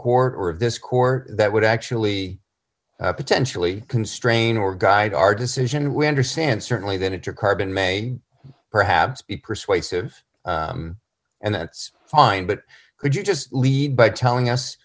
court of this core that would actually potentially constrain or guide our decision we understand certainly that it to carbon may perhaps be persuasive and that's fine but could you just lead by telling us